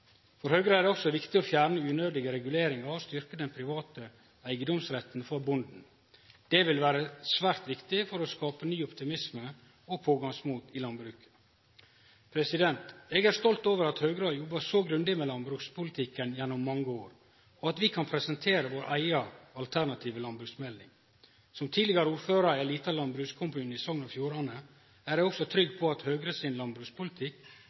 For Høgre er det også viktig å fjerne unødige reguleringar og styrkje den private eigedomsretten for bonden. Det vil vere svært viktig for å skape ny optimisme og pågangsmot i landbruket. Eg er stolt over at Høgre har jobba så grundig med landbrukspolitikken gjennom mange år, og at vi kan presentere vår eiga alternative landbruksmelding. Som tidlegare ordførar i ein liten landbrukskommune i Sogn og Fjordane er eg også trygg på at Høgre sin landbrukspolitikk